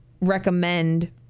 recommend